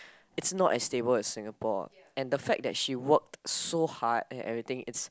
it's not as stable as Singapore and the fact that she work so hard and everything it's